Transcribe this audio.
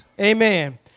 Amen